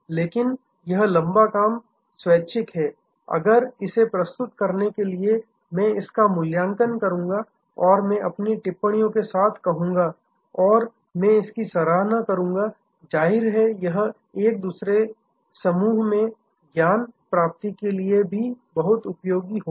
लेकिन यह लंबा काम स्वैच्छिक है अगर इसे प्रस्तुत करने के लिए मैं इसका मूल्यांकन करूंगा और मैं अपनी टिप्पणियों के साथ रहूंगा और मैं इसकी सराहना करूंगा जाहिर है यह एक से दूसरे समूह मैं ज्ञान प्राप्ति के लिए भी बहुत उपयोगी होगा